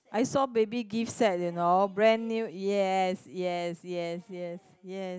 I saw baby gift set you know brand new yes yes yes yes yes